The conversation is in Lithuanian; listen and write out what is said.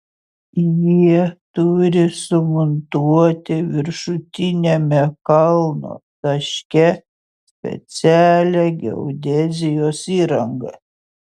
jie turi sumontuoti viršutiniame kalno taške specialią geodezijos įrangą